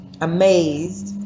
amazed